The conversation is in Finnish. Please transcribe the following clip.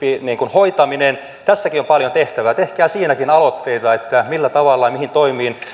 hoitaminen tässäkin on paljon tehtävää tehkää siinäkin aloitteita että millä tavalla ja mihin toimiin